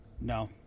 No